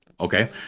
Okay